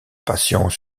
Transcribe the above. patient